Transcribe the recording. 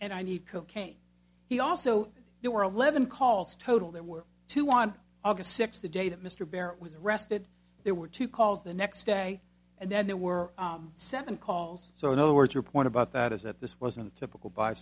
and i need cocaine he also there were eleven calls total there were two on august sixth the day that mr barrett was arrested there were two calls the next day and then there were seven calls so in other words your point about that is that this wasn't typical b